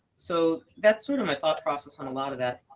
so that's sort of my thought process on a lot of that.